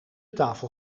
tafel